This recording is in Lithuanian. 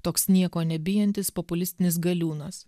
toks nieko nebijantis populistinis galiūnas